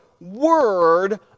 word